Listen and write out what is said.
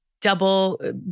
double